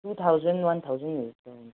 to thousand one थाउजन्डहरू हुन्छ